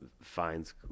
finds